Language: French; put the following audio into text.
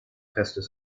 restent